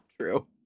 True